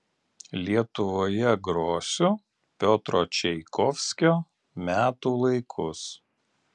lietuvoje grosiu piotro čaikovskio metų laikus